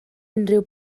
unrhyw